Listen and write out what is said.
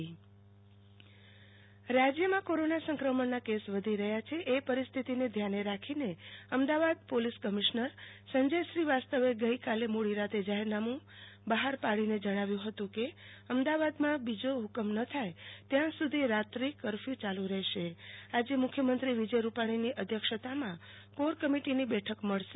આરતી ભદ્દ અમદાવાદ રોત્રિ કેફ્યું રાજ્યમાં કૌરોના સંક્રમણના કેસ વધી રહ્યા છે એ પરિસ્થિતિને ધ્યાને રાખીને અમદાવાદ પોલીસ કમિશ્નર સંજય શ્રીવાસ્તવે ગેઈકાલે મોડીરાતે જાહેરનમુ બહાર પાડીને જણાવ્યુ હતું કે અમદાવાદમાં બીજો હુકમ નુ થાય ત્યાં સુધી રાત્રિ કર્ફર્યુ યાલુ રહેશે આજે મુખ્યમંત્રી વિજય રૂપાણીની અધ્યેક્ષતામાં કોર કમિટિની બેઠક મળશે